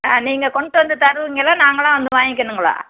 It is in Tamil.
ஆ நீங்கள் கொண்டு வந்து தருவீங்களா நாங்களாக வந்து வாங்கிக்கணுங்களா